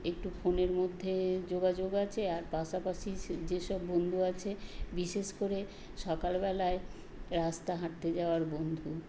একটু ফোনের মধ্যে যোগাযোগ আছে আর পাশাপাশি যে সব বন্ধু আছে বিশেষ করে সকাল বেলায় রাস্তা হাঁটতে যাওয়ার বন্ধু